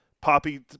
Poppy